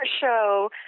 show